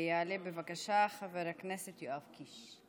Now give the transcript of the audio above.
יעלה, בבקשה, חבר הכנסת יואב קיש.